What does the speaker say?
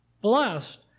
Blessed